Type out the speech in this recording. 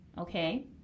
okay